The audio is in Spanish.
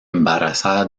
embarazada